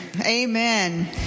Amen